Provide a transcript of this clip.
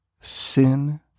sin